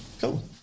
Cool